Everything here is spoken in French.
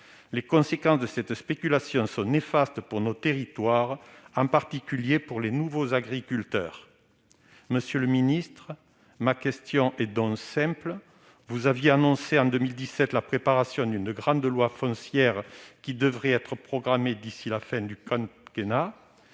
Les conséquences de cette spéculation sont néfastes pour nos territoires, en particulier pour les nouveaux agriculteurs. Monsieur le ministre, ma question est donc simple : vous aviez annoncé en 2017 la préparation d'une grande loi foncière, qui devait être programmée d'ici à la fin du quinquennat.